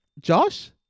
Josh